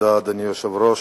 אדוני היושב-ראש,